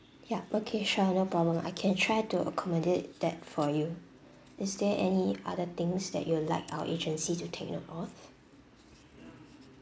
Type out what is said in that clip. yup okay sure no problem I can try to accommodate that for you is there any other things that you'd like our agency to take note of